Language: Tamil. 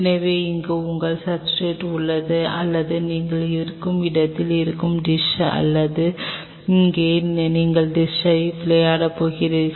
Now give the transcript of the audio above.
எனவே இங்கே உங்கள் சப்ஸ்ர்டேட் உள்ளது அல்லது இது நீங்கள் இருக்கும் இடத்தில் இருக்கும் டிஸ் ஆகும் அங்கு நீங்கள் டிஸ்ஸை விளையாடப் போகிறீர்கள்